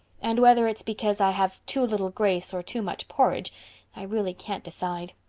and whether it's because i have too little grace or too much porridge i really can't decide.